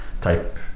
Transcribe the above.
type